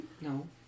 No